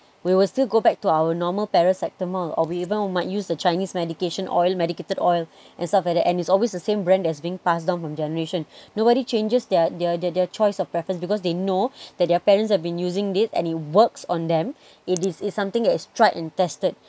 we will still go back to our normal paracetamol or we even might use the chinese medication oil medicated oil and stuff like that and it's always the same brand as being passed down from generation nobody changes their their their their choice of preference because they know that their parents have been using it and it works on them it is is something that is tried and tested